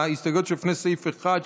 ההסתייגות שלפני סעיף 1,